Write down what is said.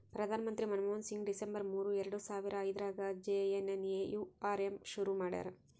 ಪ್ರಧಾನ ಮಂತ್ರಿ ಮನ್ಮೋಹನ್ ಸಿಂಗ್ ಡಿಸೆಂಬರ್ ಮೂರು ಎರಡು ಸಾವರ ಐದ್ರಗಾ ಜೆ.ಎನ್.ಎನ್.ಯು.ಆರ್.ಎಮ್ ಶುರು ಮಾಡ್ಯರ